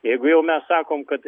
jeigu jau mes sakom kad